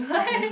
okay